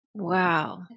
Wow